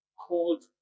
called